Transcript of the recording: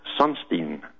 Sunstein